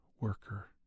worker